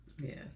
Yes